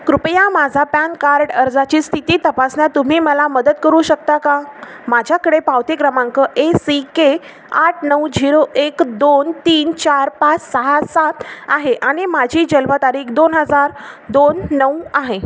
कृपया माझा PAN card अर्जाची स्थिती तपासण्यात तुम्ही मला मदत करू शकता का माझ्याकडे पावती क्रमांक ए सी के आठ नऊ झिरो एक दोन तीन चार पाच सहा सात आहे आणि माझी जन्मतारीख दोन हजार दोन नऊ आहे